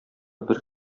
бер